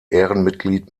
ehrenmitglied